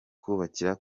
kubakira